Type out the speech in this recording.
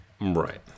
Right